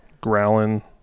growling